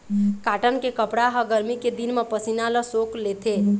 cotton के कपड़ा ह गरमी के दिन म पसीना ल सोख लेथे